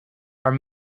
are